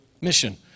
Mission